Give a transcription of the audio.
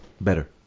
better